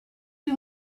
you